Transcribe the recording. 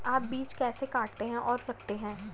आप बीज कैसे काटते और रखते हैं?